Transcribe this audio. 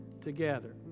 together